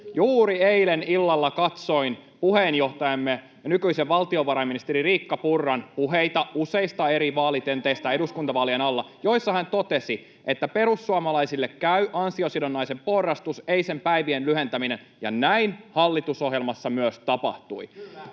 Juuri eilen illalla katsoin puheenjohtajamme ja nykyisen valtiovarainministeri Riikka Purran puheita useista eri vaalitenteistä eduskuntavaalien alla, joissa hän totesi, että perussuomalaisille käy ansiosidonnaisen porrastus, ei sen päivien lyhentäminen, ja näin hallitusohjelmassa myös tapahtui.